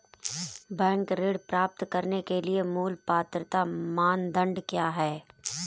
Bank ऋण प्राप्त करने के लिए मूल पात्रता मानदंड क्या हैं?